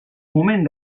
moment